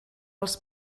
els